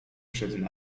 przed